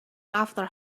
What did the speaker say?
after